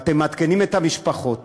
ואתם מעדכנים את המשפחות